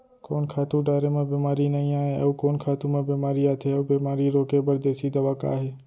कोन खातू डारे म बेमारी नई आये, अऊ कोन खातू म बेमारी आथे अऊ बेमारी रोके बर देसी दवा का हे?